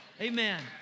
Amen